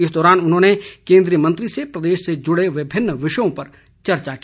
इस दौरान उन्होंने केंद्रीय मंत्री से प्रदेश से जुड़े विभिन्न विषयों पर चर्चा की